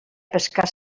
pescar